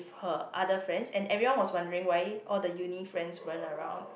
her other friends and everyone was wondering why all the uni friends weren't around